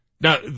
Now